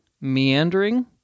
meandering